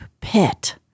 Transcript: pit